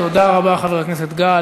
תודה רבה, חבר הכנסת גל.